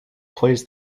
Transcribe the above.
plays